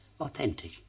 authentic